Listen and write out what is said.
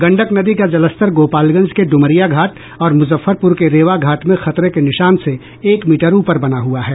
गंडक नदी का जलस्तर गोपालगंज के डुमरिया घाट और मुजफ्फरपुर के रेवा घाट में खतरे के निशान से एक मीटर ऊपर बना हुआ है